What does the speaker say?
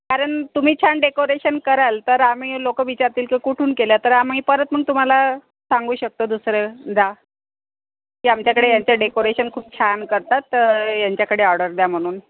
कारण तुम्ही छान डेकोरेशन कराल तर आम्ही लोक विचारतील की कुठून केलं तर आम्ही परत मग तुम्हाला सांगू शकतो दुसऱ्यांदा की आमच्याकडे यांचं डेकोरेशन खूप छान करतात तर यांच्याकडे ऑर्डर द्या म्हणून